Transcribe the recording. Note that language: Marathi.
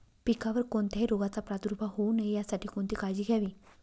पिकावर कोणत्याही रोगाचा प्रादुर्भाव होऊ नये यासाठी कोणती काळजी घ्यावी?